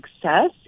success